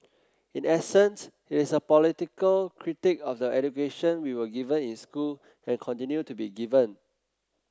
in essence it is a political critique of the education we were given in school and continue to be given